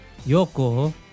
Yoko